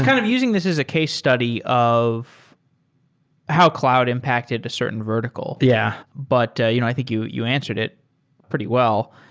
kind of using this is as case study of how cloud impacted a certain vertical. yeah but you know i think you you answered it pretty well.